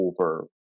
over